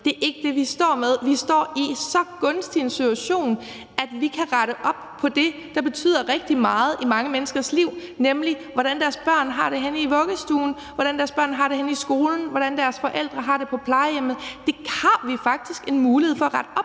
Det er ikke det, vi står i. Vi står i så gunstig en situation, at vi kan rette op på det, der betyder rigtig meget i mange menneskers liv, nemlig hvordan deres børn har det henne i vuggestuen, hvordan deres børn har det henne i skolen, hvordan deres forældre har det på plejehjemmet. Det har vi faktisk en mulighed for at rette op